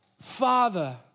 Father